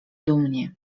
dumnie